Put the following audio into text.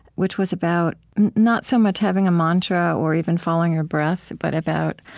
which was about not so much having a mantra or even following your breath, but about